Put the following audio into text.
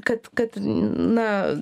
kad kad na